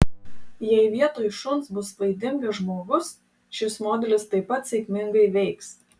jei vietoj šuns bus vaidingas žmogus šis modelis taip pat sėkmingai veiks